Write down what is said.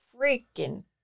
freaking